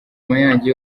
mayange